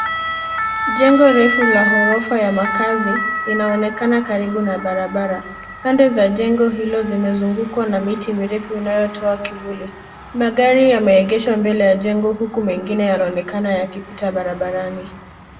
Jengo refu la ghorofa ya makazi, linaonekana karibu na barabara. Pande za jengo hilo zimezungukwa na miti mirefu inayotoa kivuli. Magari yameegeshwa mbele ya jengo huku mengine yanaonekana yakipita barabarani.